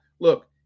Look